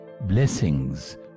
blessings